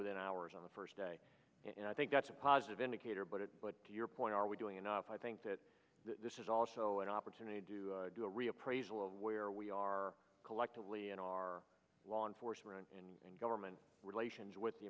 within hours on the first day and i think that's a positive indicator but it but to your point are we doing enough i think that this is also an opportunity do do a reappraisal of where we are collectively in our law enforcement and government relations with the